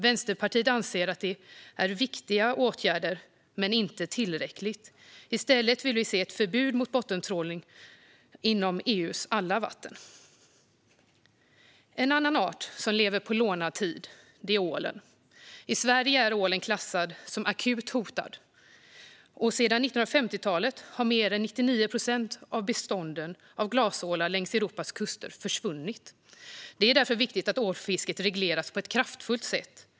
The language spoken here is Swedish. Vänsterpartiet anser att det är viktiga åtgärder, men det är inte tillräckligt. I stället vill vi se ett förbud mot bottentrålning inom EU:s alla vatten. En annan art som lever på lånad tid är ålen. I Sverige är ålen klassad som akut hotad. Sedan 1950-talet har mer än 99 procent av bestånden av glasålar längs Europas kuster försvunnit. Det är därför viktigt att ålfisket regleras på ett kraftfullt sätt.